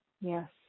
Yes